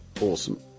Awesome